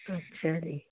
ਅੱਛਾ ਜੀ